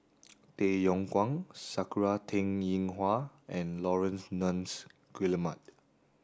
Tay Yong Kwang Sakura Teng Ying Hua and Laurence Nunns Guillemard